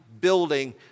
building